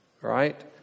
right